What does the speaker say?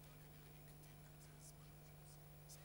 סגן שר